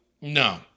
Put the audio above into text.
No